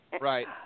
right